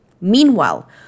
Meanwhile